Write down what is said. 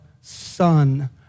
son